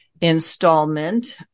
installment